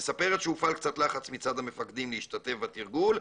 היא מספרת שהופעל קצת לחץ מצד המפקדים להשתתף בתרגול,